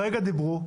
כרגע דיברו.